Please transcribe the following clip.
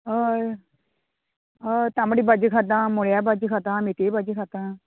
हय हय तांबडी भाजी खाता मुळ्या भाजी खाता मेथये भाजी खाता